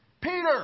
Peter